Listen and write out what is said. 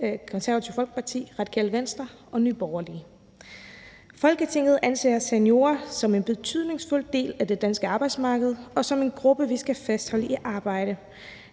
Det Konservative Folkeparti, Radikale Venstre og Nye Borgerlige: Forslag til vedtagelse »Folketinget anser seniorer som en betydningsfuld del af det danske arbejdsmarked og som en gruppe, vi skal fastholde i arbejde.